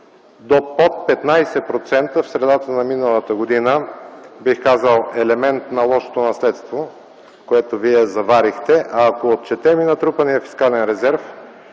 до под 15% в средата на миналата година, бих казал елемент на лошото наследство, което вие заварихте. А, ако отчетем и натрупания фискален резерв,